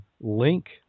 link